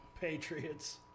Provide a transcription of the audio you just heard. Patriots